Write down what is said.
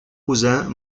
cousin